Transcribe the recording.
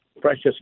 precious